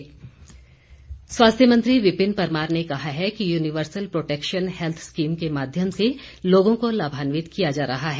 विपिन परमार स्वास्थ्य मंत्री विपिन परमार ने कहा है कि यूनिवर्सल प्रोटैकशन हैल्थ स्कीम के माध्यम से लोगों को लाभान्वित किया जा रहा है